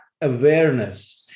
awareness